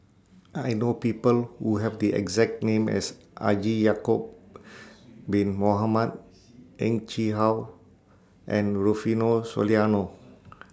I know People Who Have The exact name as Haji Ya'Acob Bin Mohamed Heng Chee How and Rufino Soliano